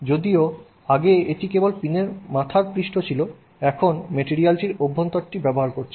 যদিও আগে এটি কেবল পিনের মাথার পৃষ্ঠ ছিল এখন মেটেরিয়ালটির অভ্যন্তরটি ব্যবহার করছেন